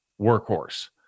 workhorse